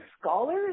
scholars